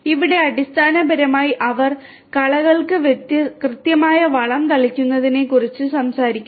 ഇവിടെ അടിസ്ഥാനപരമായി അവർ കളകൾക്ക് കൃത്യമായ വളം തളിക്കുന്നതിനെക്കുറിച്ച് സംസാരിക്കുന്നു